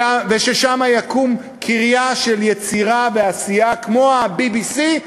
ושם תקום יצירה של יצירה ועשייה כמו ה-BBC,